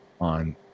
on